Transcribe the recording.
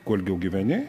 kuo ilgiau gyveni